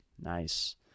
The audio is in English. Nice